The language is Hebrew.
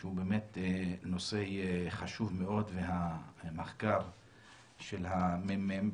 שהוא באמת נושא חשוב מאוד והמחקר של הממ"מ,